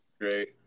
great